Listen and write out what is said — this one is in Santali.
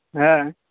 ᱦᱮᱸ